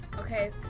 Okay